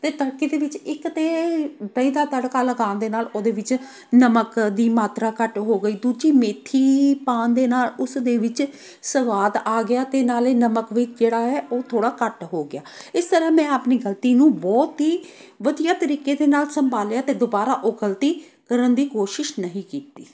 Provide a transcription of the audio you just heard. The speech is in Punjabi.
ਅਤੇ ਤੜਕੇ ਦੇ ਵਿੱਚ ਇੱਕ ਤਾਂ ਦਹੀਂ ਦਾ ਤੜਕਾ ਲਗਾਉਣ ਦੇ ਨਾਲ ਉਹਦੇ ਵਿੱਚ ਨਮਕ ਦੀ ਮਾਤਰਾ ਘੱਟ ਹੋ ਗਈ ਦੂਜੀ ਮੇਥੀ ਪਾਉਣ ਦੇ ਨਾਲ ਉਸ ਦੇ ਵਿੱਚ ਸਵਾਦ ਆ ਗਿਆ ਅਤੇ ਨਾਲੇ ਨਮਕ ਵੀ ਜਿਹੜਾ ਹੈ ਉਹ ਥੋੜ੍ਹਾ ਘੱਟ ਹੋ ਗਿਆ ਇਸ ਤਰ੍ਹਾਂ ਮੈਂ ਆਪਣੀ ਗਲਤੀ ਨੂੰ ਬਹੁਤ ਹੀ ਵਧੀਆ ਤਰੀਕੇ ਦੇ ਨਾਲ ਸੰਭਾਲਿਆ ਅਤੇ ਦੁਬਾਰਾ ਉਹ ਗਲਤੀ ਕਰਨ ਦੀ ਕੋਸ਼ਿਸ਼ ਨਹੀਂ ਕੀਤੀ